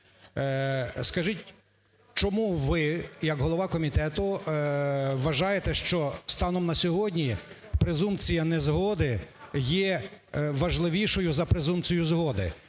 Скажіть, чому ви як голова комітету вважаєте, що станом на сьогодні презумпція незгоди є важливішою за презумпцію згоди?